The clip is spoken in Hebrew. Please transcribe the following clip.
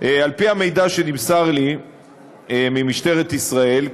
על-פי המידע שנמסר לי ממשטרת ישראל,